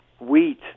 Wheat